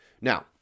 Now